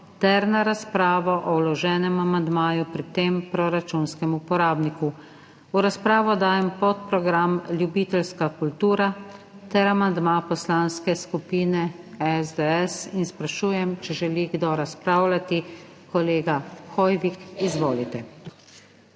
ter na razpravo o vloženem amandmaju pri tem proračunskem uporabniku. V razpravo dajem podprogram Ljubiteljska kultura ter amandma Poslanske skupine SDS in sprašujem, ali želi kdo razpravljati. Kolega Hoivik, izvolite.